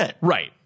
Right